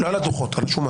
לא על הדוחות, על השומה.